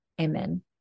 Amen